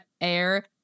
air